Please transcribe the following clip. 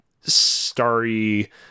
starry